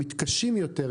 המתקשים יותר,